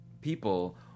people